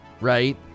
right